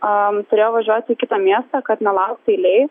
a turėjau važiuoti į kitą miestą kad nelaukti eilėje